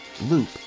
loop